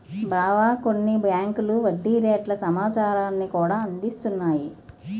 బావా కొన్ని బేంకులు వడ్డీ రేట్ల సమాచారాన్ని కూడా అందిస్తున్నాయి